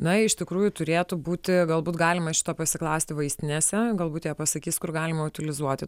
na iš tikrųjų turėtų būti galbūt galima šito pasiklausti vaistinėse galbūt jie pasakys kur galima utilizuoti